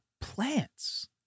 plants